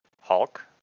hulk